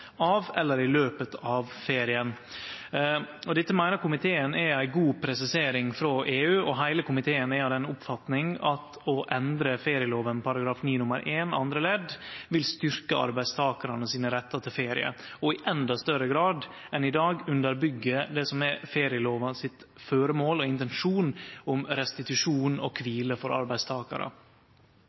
forkant eller i løpet av ferien. Dette meiner komiteen er ei god presisering frå EU. Heile komiteen er av den oppfatninga at å endre ferielova § 9 nr. 1 andre ledd vil styrke arbeidstakaranes rett til ferie og i enda større grad enn i dag underbyggje det som er ferielovas føremål og intensjon om restitusjon og kvile for arbeidstakarar.